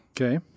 Okay